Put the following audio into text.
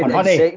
Honey